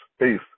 Peace